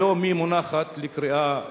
היום היא מונחת לקריאה ראשונה.